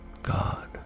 God